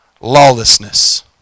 lawlessness